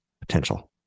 potential